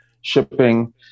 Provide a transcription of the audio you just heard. shipping